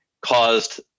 caused